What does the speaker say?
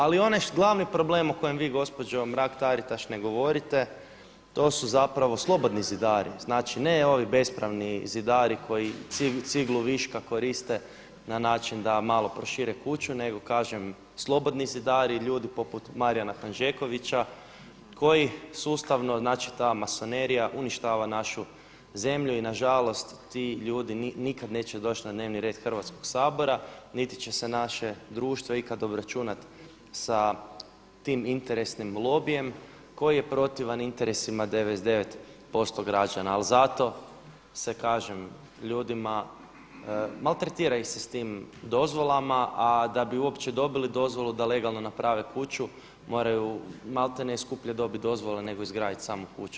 Ali onaj glavni problem o kojem vi gospođo Mrak-Taritaš ne govorite to su zapravo slobodni zidari, znači ne ovi bespravni zidar koji ciglu viška koriste na način da malo prošire kuću nego kažem slobodni zidari ljudi poput Marijana Hanžekovića koji sustavno znači ta masonerija uništava našu zemlju i nažalost ti ljudi nikad neće doći na dnevni red Hrvatskoga sabora niti će se naše društvo ikada obračunati sa tim interesnim lobijem koji je protivan interesima 99% građana, ali zato se kažem ljudima maltretira ih se s tim dozvolama a da bi uopće dobili dozvolu da legalno naprave kuću moraju maltene skuplje dobiti dozvolu nego izgraditi kuću.